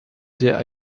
der